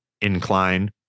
incline